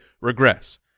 regress